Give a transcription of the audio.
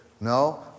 No